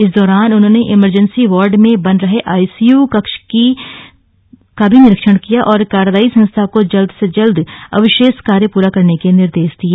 इस दौरान उन्होंने इमरजेंसी वार्ड मे बन रहे आईसीयू कक्ष भी निरीक्षण किया और कार्यदायी संस्था को जल्द से जल्द अवशेष कार्य पूरा करने के निर्देश दिए